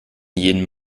jedem